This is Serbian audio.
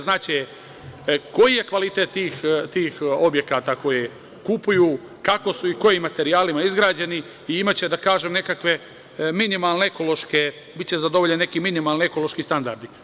Znaće koji je kvalitet tih objekata koje kupuju, kako su i kojim materijalima izgrađeni i imaće, da kažem, neke minimalne ekološke, biće zadovoljen neki minimalni ekonomski standardi.